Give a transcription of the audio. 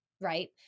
Right